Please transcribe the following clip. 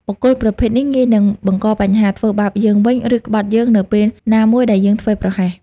បុគ្គលប្រភេទនេះងាយនឹងបង្កបញ្ហា ធ្វើបាបយើងវិញ ឬក្បត់យើងនៅពេលណាមួយដែលយើងធ្វេសប្រហែស។